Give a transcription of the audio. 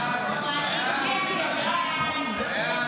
לתיקון פקודת העיריות (מס' 157),